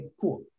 Cool